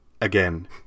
again